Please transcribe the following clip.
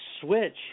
switch